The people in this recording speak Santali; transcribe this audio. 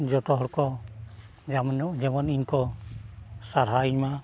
ᱡᱚᱛᱚ ᱦᱚᱲ ᱠᱚ ᱡᱮᱢᱚᱱ ᱤᱧᱠᱚ ᱥᱟᱨᱦᱟᱣ ᱤᱧ ᱢᱟ